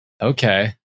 Okay